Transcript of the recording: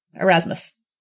Erasmus